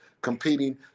Competing